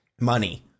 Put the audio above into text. money